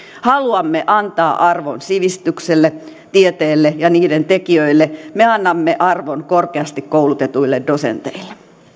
haluamme antaa arvon sivistykselle tieteelle ja niiden tekijöille me annamme arvon korkeasti koulutetuille dosenteille